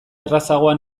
errazagoa